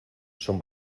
son